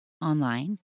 online